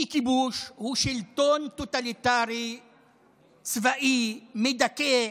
כי כיבוש הוא שלטון טוטליטרי צבאי מדכא,